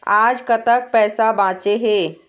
आज कतक पैसा बांचे हे?